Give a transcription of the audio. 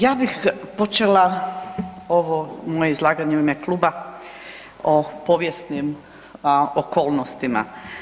Ja bih počela ovo moje izlaganje u ime kluba o povijesnim okolnostima.